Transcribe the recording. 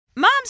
Moms